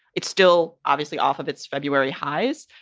it's still obviously off of its february highs.